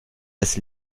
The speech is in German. das